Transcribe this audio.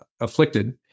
afflicted